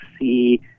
see